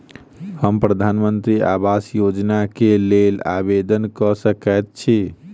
हम प्रधानमंत्री आवास योजना केँ लेल आवेदन कऽ सकैत छी?